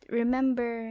remember